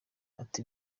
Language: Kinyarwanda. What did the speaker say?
ati